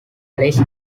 allis